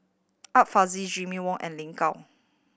Art Fazil Jimmy Ong and Lin Gao